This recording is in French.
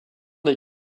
des